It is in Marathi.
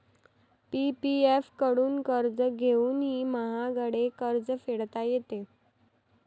पी.पी.एफ कडून कर्ज घेऊनही महागडे कर्ज फेडता येते